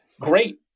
great